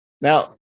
Now